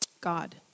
God